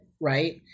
right